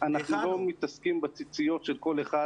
אנחנו לא מתעסקים בציציות של כל אחד,